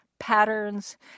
patterns